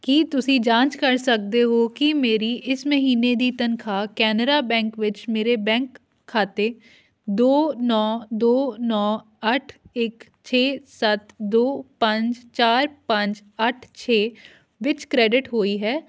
ਕੀ ਤੁਸੀਂਂ ਜਾਂਚ ਕਰ ਸਕਦੇ ਹੋ ਕਿ ਮੇਰੀ ਇਸ ਮਹੀਨੇ ਦੀ ਤਨਖਾਹ ਕੇਨਰਾ ਬੈਂਕ ਵਿੱਚ ਮੇਰੇ ਬੈਂਕ ਖਾਤੇ ਦੋ ਨੌਂ ਦੋ ਨੌਂ ਅੱਠ ਇੱਕ ਛੇ ਸੱਤ ਦੋ ਪੰਜ ਚਾਰ ਪੰਜ ਅੱਠ ਛੇ ਵਿੱਚ ਕ੍ਰੈਡਿਟ ਹੋਈ ਹੈ